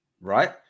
Right